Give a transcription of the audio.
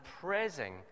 praising